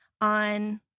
on